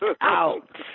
out